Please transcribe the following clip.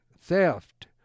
theft